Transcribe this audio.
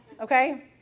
Okay